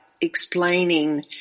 explaining